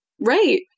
Right